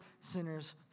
sinners